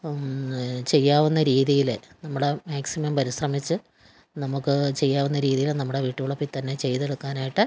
ചെയ്യാവുന്ന രീതിയിൽ നമ്മൾ മാക്സിമം പരിശ്രമിച്ച് നമുക്ക് ചെയ്യാവുന്ന രീതിയിൽ നമ്മുടെ വീട്ടുവളപ്പിൽ തന്നെ ചെയ്തെടുക്കുവാനായിട്ട്